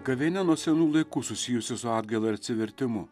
gavėnia nuo senų laikų susijusi su atgaila ir atsivertimu